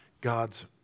God's